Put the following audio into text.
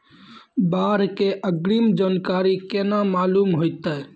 बाढ़ के अग्रिम जानकारी केना मालूम होइतै?